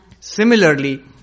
Similarly